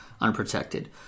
unprotected